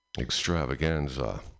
extravaganza